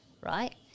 right